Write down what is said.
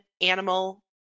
animal